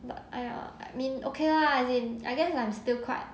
but !aiya! I mean okay lah as in I guess I'm still quite